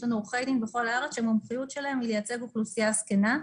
יש לנו עורכי דין בכל הארץ שהמומחיות שלהם היא לייצג אוכלוסייה זקנה.